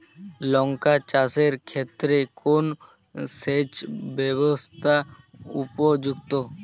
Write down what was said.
লঙ্কা চাষের ক্ষেত্রে কোন সেচব্যবস্থা উপযুক্ত?